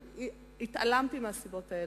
התעלמתי מהסיבות האלה,